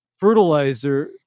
fertilizer